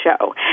show